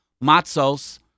matzos